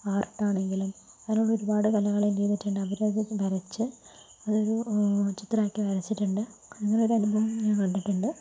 ആർട്ടാണെങ്കിലും അതിലുള്ള ഒരുപാട് കലകൾ എന്തു ചെയ്തിട്ടുണ്ടാകും അവരത് വരച്ച് അതൊരു ചിത്രമാക്കി വരച്ചിട്ടുണ്ട് അങ്ങനെയൊരു അനുഭവം ഞാൻ കണ്ടിട്ടുണ്ട്